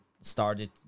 started